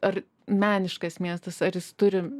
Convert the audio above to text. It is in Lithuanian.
ar meniškas miestas ar jis turi